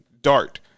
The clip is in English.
Dart